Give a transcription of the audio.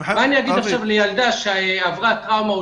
מה אני אגיד עכשיו לילדה שעברה טראומה או